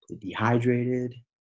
Dehydrated